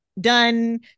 done